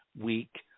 week